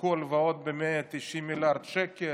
לקחו הלוואות ב-190 מיליארד שקל,